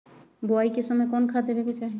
बोआई के समय कौन खाद देवे के चाही?